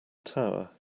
tower